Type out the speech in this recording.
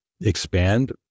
expand